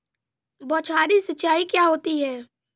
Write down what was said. बौछारी सिंचाई क्या होती है?